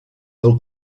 del